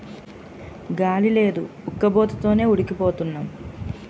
గాలి లేదు ఉక్కబోత తోనే ఉడికి పోతన్నాం